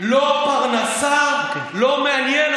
לא פרנסה, לא מעניין.